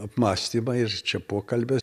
apmąstymai ir čia pokalbis